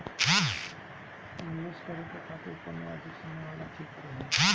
निवेश करें के खातिर कम या अधिक समय वाला ठीक रही?